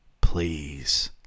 Please